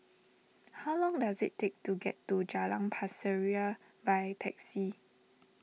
how long does it take to get to Jalan Pasir Ria by taxi